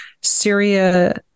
Syria